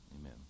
Amen